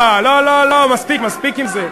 לא לא לא, מספיק עם זה.